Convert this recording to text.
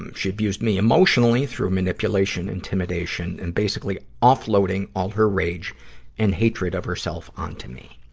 um she abused me emotionally through manipulation, intimidation, and basically offloading all her rage and hatred of herself onto me.